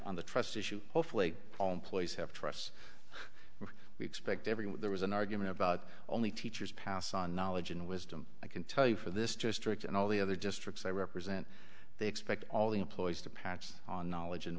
on the trust issue hopefully all employees have trusts and we expect everyone there was an argument about only teachers pass on knowledge and wisdom i can tell you for this district and all the other districts i represent they expect all the employees to patch on knowledge and